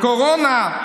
קורונה?